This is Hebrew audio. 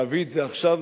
להביא את זה עכשיו,